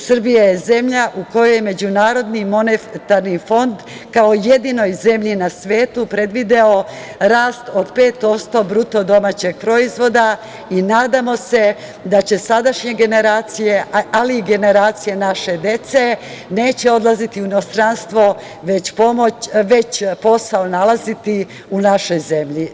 Srbija je zemlja kojoj je MMF kao jedinoj zemlji na svetu je predvideo rast od 5% BDP i nadamo se da sadašnje generacije, ali i generacije naše dece neće odlaziti u inostranstvo, već posao nalaziti u našoj zemlji.